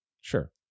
Sure